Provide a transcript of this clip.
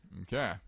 Okay